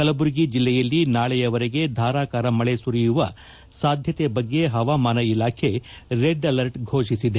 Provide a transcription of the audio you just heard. ಕಲಬುರಗಿ ಜಿಲ್ಲೆಯಲ್ಲಿ ನಾಳೆವರೆಗೆ ಧಾರಾಕಾರ ಮಳೆ ಸುರಿಯುವ ಸಾಧ್ಯತೆ ಬಗ್ಗೆ ಹವಾಮಾನ ಇಲಾಖೆ ರೆಡ್ ಅಲರ್ಟ್ ಘೋಷಿಸಿದೆ